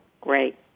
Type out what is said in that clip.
Great